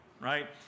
right